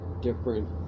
different